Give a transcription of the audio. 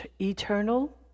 eternal